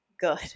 good